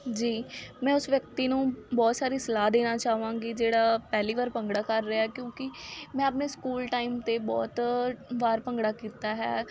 ਜੀ ਮੈਂ ਉਸ ਵਿਅਕਤੀ ਨੂੰ ਬਹੁਤ ਸਾਰੀ ਸਲਾਹ ਦੇਣਾ ਚਾਹਵਾਂਗੀ ਜਿਹੜਾ ਪਹਿਲੀ ਵਾਰ ਭੰਗੜਾ ਕਰ ਰਿਹਾ ਕਿਉਂਕਿ ਮੈਂ ਆਪਣੇ ਸਕੂਲ ਟਾਈਮ 'ਤੇ ਬਹੁਤ ਵਾਰ ਭੰਗੜਾ ਕੀਤਾ ਹੈ